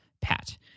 pat